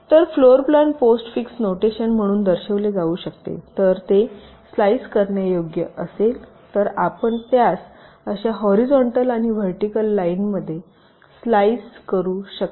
तर floor plan postfix notation म्हणून दर्शविले जाऊ शकते जर ते स्लाइस करण्यायोग्य असेल तर आपण त्यास अशा हॉरीझॉन्टल आणि व्हर्टिकल लाईनमध्ये स्लाइस करू शकता